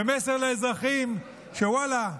זהו מסר לאזרחים שוואללה,